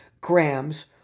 grams